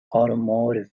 automotive